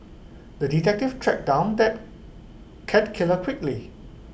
the detective tracked down that cat killer quickly